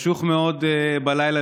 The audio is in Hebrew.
חשוך מאוד בלילה,